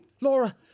Laura